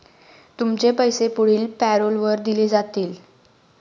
तुमचे पैसे पुढील पॅरोलवर दिले जातील